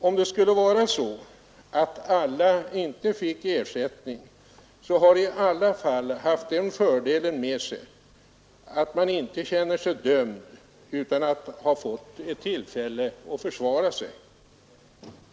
Om det skulle bli så att inte alla får ersättning skulle ett sådant tllvägagångssätt ändå ha den fördelen med sig att man inte känner sig dömd utan att ha fått ett tillfälle att försvara sig.